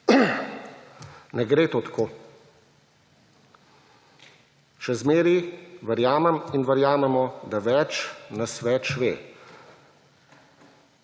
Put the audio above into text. Ne gre to tako. Še zmeraj verjamem in verjamemo, da več nas več ve.